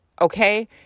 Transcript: Okay